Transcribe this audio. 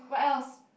what else